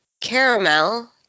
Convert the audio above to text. caramel